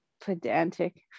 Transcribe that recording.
pedantic